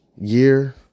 year